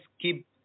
keep